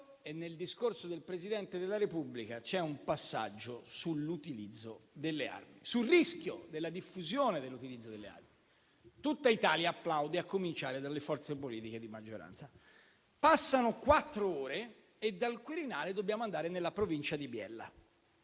Nel discorso del Presidente della Repubblica c'è un passaggio sull'utilizzo delle armi, sul rischio della diffusione dell'utilizzo delle armi. Tutta Italia applaude, a cominciare dalle forze politiche di maggioranza. Passano quattro ore e dal Quirinale dobbiamo andare nella provincia di Biella,